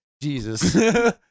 Jesus